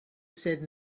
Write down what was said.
said